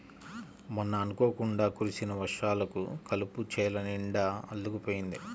మొన్న అనుకోకుండా కురిసిన వర్షాలకు కలుపు చేలనిండా అల్లుకుపోయింది